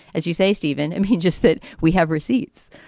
as you say, steven. and he just that we have receipts.